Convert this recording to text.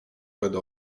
będę